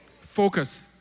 Focus